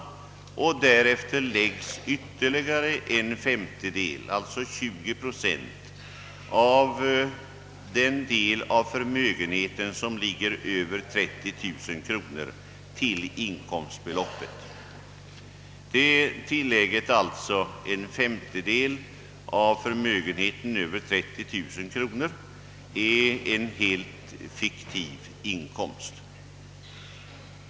Därefter lägges ytterligare en femtedel, alltså 20 procent, av den del av förmögenheten som ligger över 30 000 kronor till inkomstbeloppet. Denna del av tilllägget, en femtedel av förmögenheten över 30 000 kronor, är uppenbarligen en helt fiktiv inkomst.